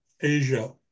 Asia